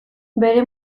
bere